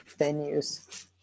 venues